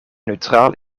neutraal